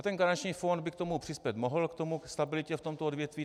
Ten garanční fond by k tomu přispět mohl, ke stabilitě v tomto odvětví.